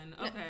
Okay